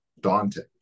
daunting